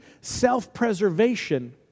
self-preservation